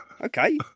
okay